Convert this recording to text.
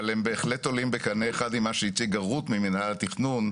אבל הם בהחלט עולים בקנה אחד עם מה שהציגה רות ממינהל התכנון,